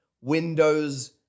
windows